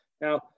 Now